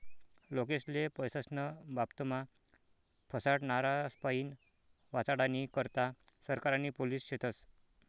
लोकेस्ले पैसास्नं बाबतमा फसाडनारास्पाईन वाचाडानी करता सरकार आणि पोलिस शेतस